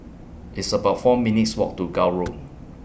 It's about four minutes' Walk to Gul Road